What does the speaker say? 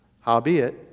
Howbeit